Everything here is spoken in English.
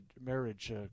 marriage